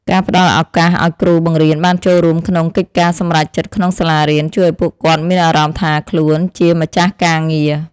ការផ្តល់ឱកាសឱ្យគ្រូបង្រៀនបានចូលរួមក្នុងកិច្ចការសម្រេចចិត្តក្នុងសាលារៀនជួយឱ្យពួកគាត់មានអារម្មណ៍ថាខ្លួនជាម្ចាស់ការងារ។